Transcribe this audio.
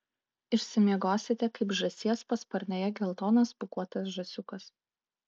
išsimiegosite kaip žąsies pasparnėje geltonas pūkuotas žąsiukas